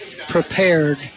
prepared